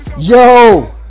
Yo